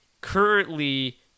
Currently